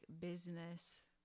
business